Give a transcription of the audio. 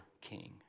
king